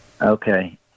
Okay